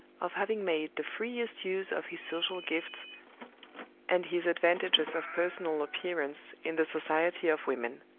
of having made the freest use of his social gifts and his advantages of personal appearance in the society of women.